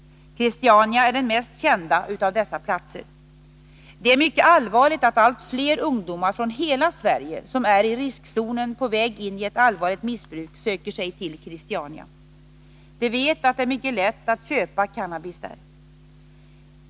Christiania är den mest kända av dessa platser. Det är mycket allvarligt att allt fler ungdomar från hela Sverige som är i riskzonen på väg in i ett allvarligt missbruk söker sig till Christiania. De vet att det är mycket lätt att köpa cannabis där.